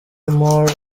moore